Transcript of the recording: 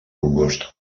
congost